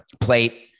plate